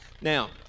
Now